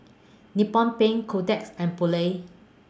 Nippon Paint Kotex and Poulet